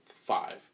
five